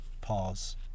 pause